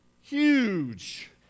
Huge